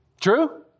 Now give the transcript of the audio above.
True